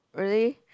really